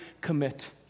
commit